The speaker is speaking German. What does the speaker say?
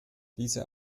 diese